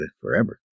forever